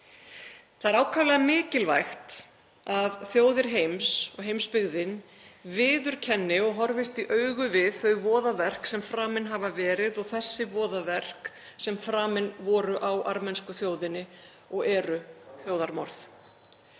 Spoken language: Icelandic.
Það er ákaflega mikilvægt að þjóðir heims og heimsbyggðin viðurkenni og horfist í augu við þau voðaverk sem framin hafa verið og þessi voðaverk sem framin voru á armensku þjóðinni og eru þjóðarmorð.